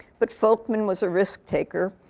but folkman was a risk taker,